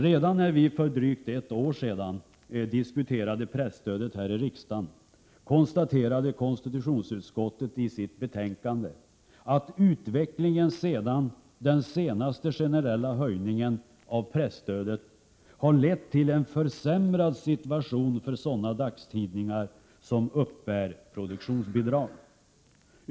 Redan när vi för drygt ett år sedan diskuterade presstödet här i riksdagen konstaterade konstitutionsutskottet i sitt betänkande att utvecklingen alltsedan den senaste generella höjningen av presstödet har lett till en försämrad situation för sådana dagstidningar som uppbär produktionsbidrag.